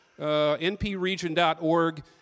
npregion.org